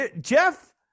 Jeff